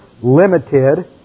limited